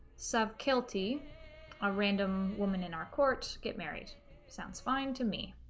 sub guilty a random woman in our court get married sounds fine to me